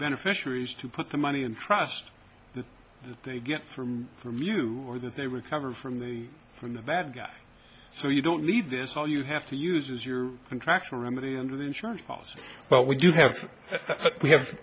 beneficiaries to put the money and trust that they get from review or that they recover from in the bad guy so you don't need this all you have to use is your contract remedy and the insurance policy but when you have we have